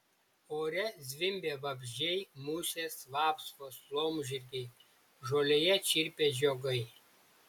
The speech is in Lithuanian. ore zvimbė vabzdžiai musės vapsvos laumžirgiai žolėje čirpė žiogai